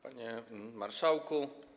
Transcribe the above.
Panie Marszałku!